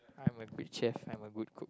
I'm a good chef I'm a good cook